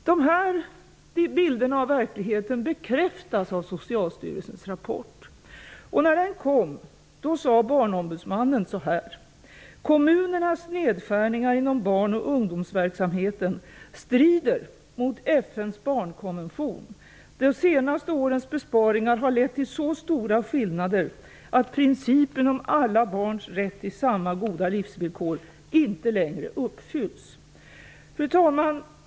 Dessa bilder av verkligheten bekräftas av Barnombudsmannen: Kommunernas nedskärningar inom barn och ungdomsverksamheten strider mot FN:s barnkonvention. De senaste årens besparingar har lett till så stora skillnader att principen om alla barns rätt till samma goda livsvillkor inte längre uppfylls. Fru talman!